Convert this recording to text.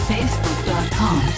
Facebook.com